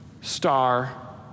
Star